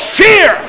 fear